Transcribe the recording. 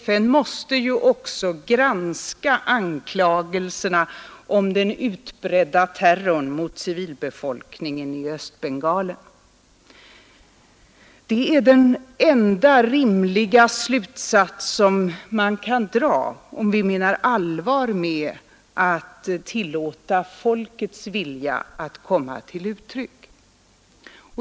FN måste också granska anklagelserna om den utbredda terrorn mot civilbefolkningen i Östbengalen. Det är den enda rimliga slutsats som man kan dra om vi menar allvar med talet om att tillåta folkets vilja att komma till uttryck.